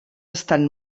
estan